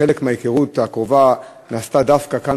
חלק מההיכרות הקרובה נעשתה דווקא כאן,